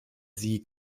sie